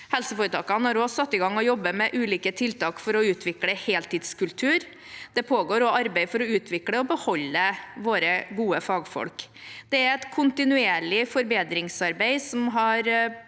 Helseforetakene har også satt i gang og jobber med ulike tiltak for å utvikle en heltidskultur. Det pågår også arbeid for å utvikle og beholde våre gode fagfolk. Dette er et kontinuerlig forbedringsarbeid som har